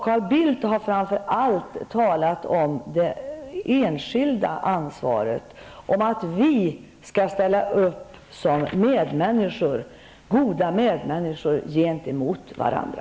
Carl Bildt har talat om framför allt det enskilda ansvaret, om att vi skall ställa upp som goda medmänniskor gentemot varandra.